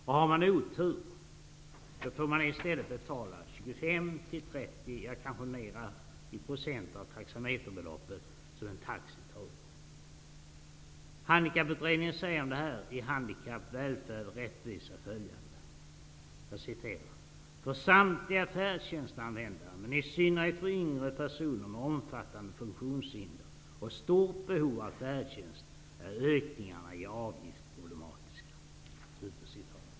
Den som har otur får i stället betala 25--30 %, kanske mer, av det taxameterbelopp som en taxi tar upp. Handikapputredningen säger följande om det här i sitt betänkande Handikapp Välfärd Rättvisa: För samtliga färdtjänstanvändare, men i synnerhet för yngre personer med omfattande funktionshinder och stort behov av färdtjänst, är ökningarna i avgift problematiska.